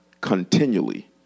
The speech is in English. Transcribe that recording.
continually